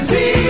See